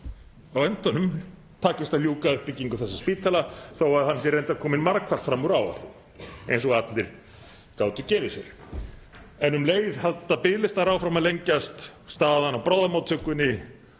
á endanum takist að ljúka uppbyggingu þessa spítala þótt hún sé reyndar komin margfalt fram úr áætlun eins og allir gátu gefið sér. En um leið halda biðlistar áfram að lengjast, staðan á bráðamóttökunni,